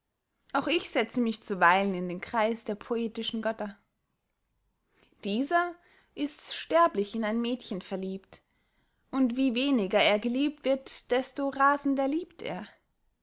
auch ich setze mich zuweilen in den kreis der poetischen götter dieser ist sterblich in ein mädchen verliebt und wie weniger er geliebt wird desto rasender liebt er